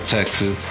Texas